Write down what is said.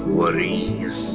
worries